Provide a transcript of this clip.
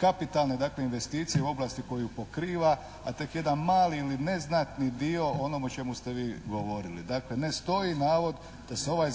kapitalne investicije u oblasti koju pokriva a tek jedna mali ili neznatni dio ono o čemu ste vi govorili. Ne stoji navod da se ovaj